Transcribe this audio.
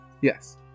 Yes